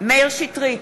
מאיר שטרית,